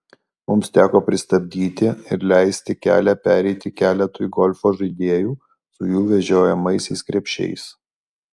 mums teko pristabdyti ir leisti kelią pereiti keletui golfo žaidėjų su jų vežiojamaisiais krepšiais